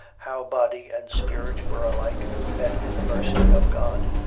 how body and spirit were alike met in the mercy of god.